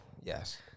Yes